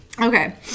Okay